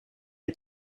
est